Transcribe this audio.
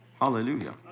Hallelujah